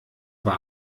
war